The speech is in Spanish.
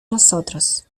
nosotros